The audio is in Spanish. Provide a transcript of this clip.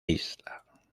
isla